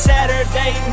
Saturday